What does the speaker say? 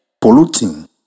polluting